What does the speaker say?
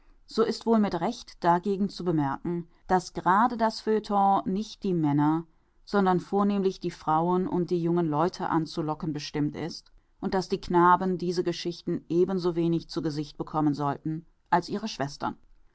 so ist wohl mit recht dagegen zu bemerken daß grade das feuilleton nicht die männer sondern vornehmlich die frauen und die jungen leute anzulocken bestimmt ist und daß die knaben diese geschichten ebensowenig zu gesicht bekommen sollten als ihre schwestern